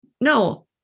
No